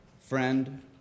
friend